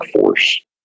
force